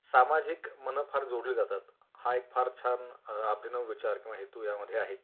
सामाजिक मनं फार जोडली जातात हा एक फार छान अभिनव विचार किंवा हेतू यामध्ये आहे